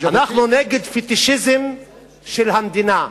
אנחנו נגד פטישיזם של המדינה,